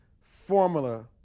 formula